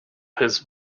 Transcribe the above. his